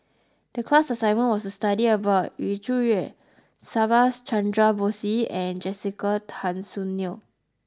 the class assignment was to study about Yu Zhuye Subhas Chandra Bose and Jessica Tan Soon Neo